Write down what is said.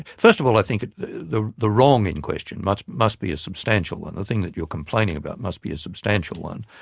first of all i think the the wrong in question must must be a substantial one. the thing that you're complaining about must be a substantial one.